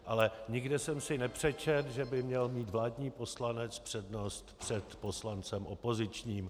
Ale nikde jsem si nepřečetl, že by měl mít vládní poslanec přednost před poslancem opozičním.